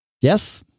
Yes